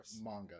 manga